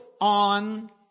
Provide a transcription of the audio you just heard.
on